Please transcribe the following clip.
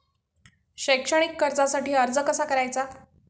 शैक्षणिक कर्जासाठी अर्ज कसा करायचा?